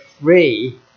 free